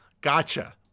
gotcha